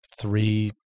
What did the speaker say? three